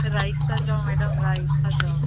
right था चयो madam right था चयो